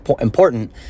important